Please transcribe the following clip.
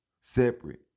separate